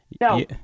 No